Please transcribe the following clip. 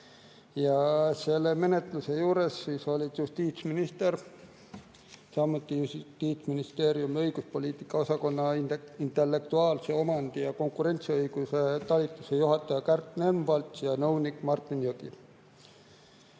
ja selle menetluse juures olid justiitsminister, samuti Justiitsministeeriumi õiguspoliitika osakonna intellektuaalse omandi ja konkurentsiõiguse talituse juhataja Kärt Nemvalts ja nõunik Martin